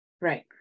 Right